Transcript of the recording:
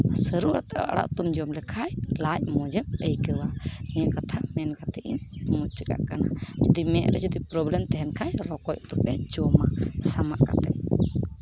ᱥᱟᱹᱨᱩ ᱟᱲᱟᱜ ᱩᱛᱩᱢ ᱡᱚᱢ ᱞᱮᱠᱷᱟᱱ ᱞᱟᱡᱽ ᱢᱚᱡᱽ ᱮᱢ ᱟᱹᱭᱠᱟᱹᱣᱟ ᱱᱤᱭᱟᱹ ᱠᱟᱛᱷᱟ ᱢᱮᱱ ᱠᱟᱛᱮᱫ ᱤᱧ ᱢᱩᱪᱟᱹᱫ ᱠᱟᱜ ᱠᱟᱱᱟ ᱡᱩᱫᱤ ᱢᱮᱫ ᱨᱮ ᱡᱩᱫᱤ ᱯᱨᱚᱵᱞᱮᱢ ᱛᱟᱦᱚᱮᱱ ᱠᱷᱟᱱ ᱛᱟᱦᱚᱞᱮ ᱨᱚᱠᱚᱡ ᱩᱛᱩ ᱯᱮ ᱡᱚᱢᱟ ᱥᱟᱢᱟᱜ ᱠᱟᱛᱮᱜᱫ